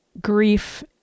grief